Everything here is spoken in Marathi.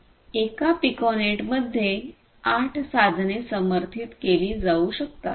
एक पिकोनेटमध्ये 8 साधने समर्थित केले जाऊ शकतात